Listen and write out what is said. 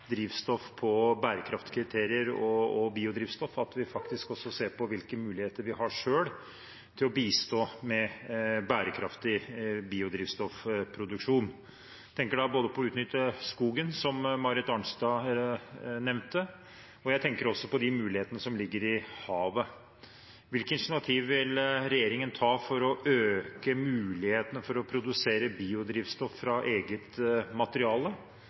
drivstoff på bærekraftskriterier og biodrivstoff, at vi faktisk også ser på hvilke muligheter vi har selv til å bistå med bærekraftig biodrivstoffproduksjon. Jeg tenker da både på å utnytte skogen, som Marit Arnstad nevnte, og også på de muligheter som ligger i havet. Hvilke initiativ vil regjeringen ta for å øke mulighetene for å produsere biodrivstoff fra eget materiale,